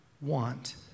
want